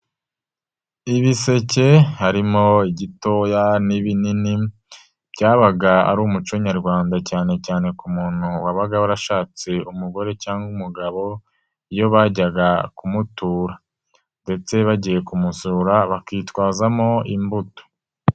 Ibiseke harimo igitoya n'ibinini, byabaga ari umuco nyarwanda cyane cyane ku muntu wabaga warashatse umugore cyangwa umugabo, iyo bajyaga kumutura ndetse bagiye kumusura bakitwazamo imbuto.